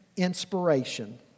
inspiration